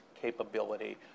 capability